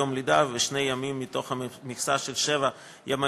יום לידה ושני ימים מהמכסה של שבעה ימי